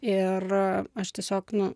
ir aš tiesiog nu